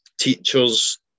teachers